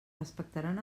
respectaran